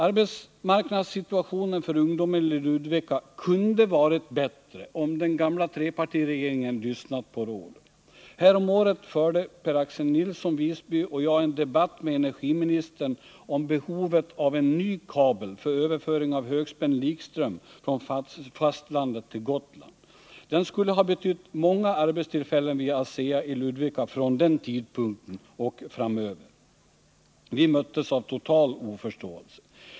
Arbetsmarknadssituationen för ungdomen i Ludvika kunde ha varit bättre, om den gamla trepartiregeringen lyssnat på råd. Häromåret förde Per-Axel Nilsson från Visby och jag en debatt med energiministern om behovet av en ny kabel för överföring av högspänd likström från fastlandet till Gotland. Den skulle ha betytt många arbetstillfällen vid ASEA i Ludvika från den tidpunkten och framöver. Vi möttes av total oförståelse.